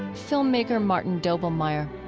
filmmaker martin doblmeier